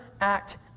act